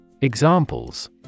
Examples